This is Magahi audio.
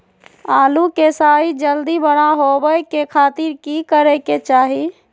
आलू के साइज जल्दी बड़ा होबे के खातिर की करे के चाही?